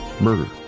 murder